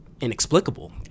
inexplicable